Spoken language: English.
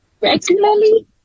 regularly